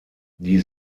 die